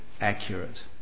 accurate